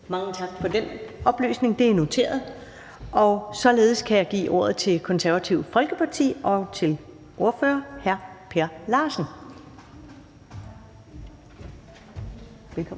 Mange tak for den oplysning. Det er noteret. Således kan jeg give ordet til Det Konservative Folkeparti og til ordfører hr. Per Larsen. Kl.